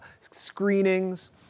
screenings